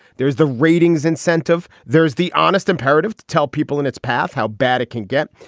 there's the ratings incentive. there is the honest imperative to tell people in its path how bad it can get.